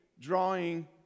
drawing